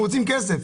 אנחנו רוצים כסף.